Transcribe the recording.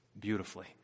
beautifully